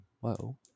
whoa